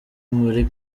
muri